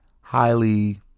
highly